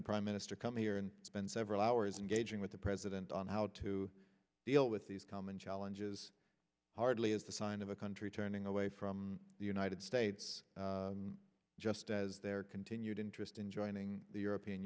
the prime minister come here and spend several hours and gauging with the president on how to deal with these common challenges hardly is the sign of a country turning away from the united states just as their continued interest in joining the european